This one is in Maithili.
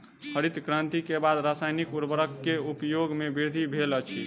हरित क्रांति के बाद रासायनिक उर्वरक के उपयोग में वृद्धि भेल अछि